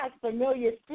familiar